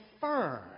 firm